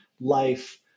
life